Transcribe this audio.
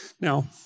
now